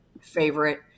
favorite